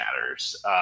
matters